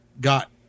Got